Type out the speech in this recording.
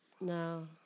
No